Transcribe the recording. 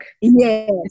yes